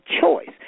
choice